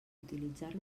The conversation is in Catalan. utilitzar